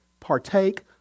Partake